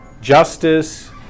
justice